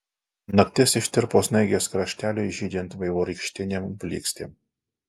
naktis ištirpo snaigės krašteliui žydint vaivorykštinėm blykstėm